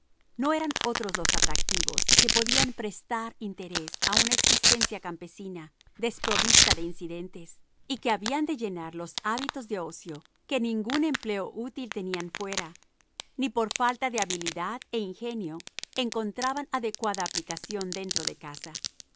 no eran otros los atractivos que podían prestar interés a una existencia campesina desprovista de incidentes y que habían de llenar los hábitos de ocio que ningún empleo útil tenían fuera ni por falta de habilidad e ingenio encontraban adecuada aplicación dentro de casa